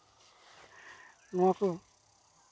ᱱᱚᱣᱟ ᱠᱚ